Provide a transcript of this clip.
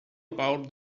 about